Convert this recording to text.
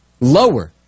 lower